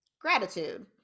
gratitude